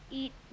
eat